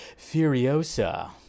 furiosa